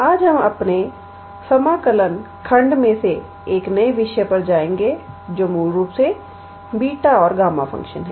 आज हम अपने समाकलन खंड में एक नए विषय पर जाएंगे जो मूल रूप से बीटा और गामा फ़ंक्शन है